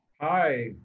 Hi